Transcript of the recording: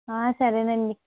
సరేనండి